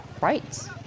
rights